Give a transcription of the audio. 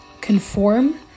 conform